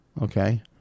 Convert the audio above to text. Okay